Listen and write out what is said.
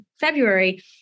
February